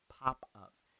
pop-ups